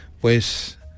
pues